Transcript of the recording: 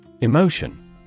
Emotion